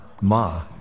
ma